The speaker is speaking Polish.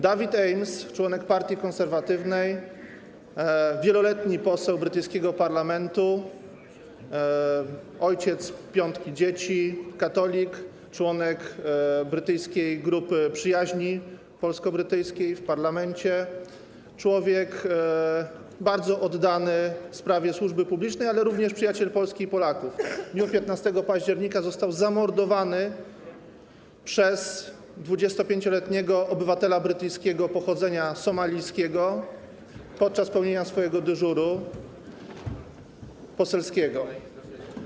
David Amess, członek Partii Konserwatywnej, wieloletni poseł brytyjskiego parlamentu, ojciec piątki dzieci, katolik, członek brytyjskiej grupy przyjaźni polsko-brytyjskiej w parlamencie, człowiek bardzo oddany sprawie służby publicznej, ale również przyjaciel Polski i Polaków w dniu 15 października został zamordowany przez 25-letniego obywatela brytyjskiego pochodzenia somalijskiego podczas pełnienia swojego dyżuru poselskiego.